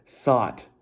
thought